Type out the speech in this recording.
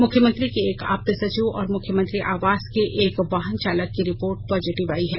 मुख्यमंत्री के एक आप्त सचिव और मुख्यमंत्री आवास के एक वाहन चालक की रिपोर्ट पॉजिटिव आई है